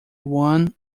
one